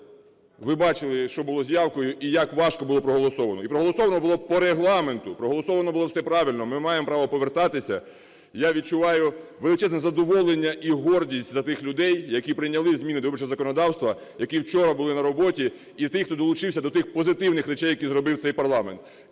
ви бачили, що було з явкою і як важко було проголосована. І проголосовано було по Регламенту. Проголосовано було все правильно. Ми маємо право повертатися. І я відчуваю величезне задоволення і гордість за тих людей, які прийняли зміни до виборчого законодавства, які вчора були на роботі, і тих, хто долучився до тих позитивних речей, які зробив цей парламент.